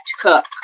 cook